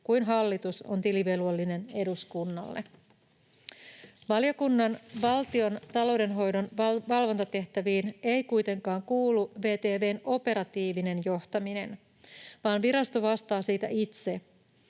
kuin hallitus on tilivelvollinen eduskunnalle. Valiokunnan valtion taloudenhoidon valvontatehtäviin ei kuitenkaan kuulu VTV:n operatiivinen johtaminen, vaan virasto vastaa siitä itse.